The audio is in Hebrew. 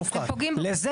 אני,